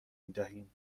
میدهیم